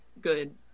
good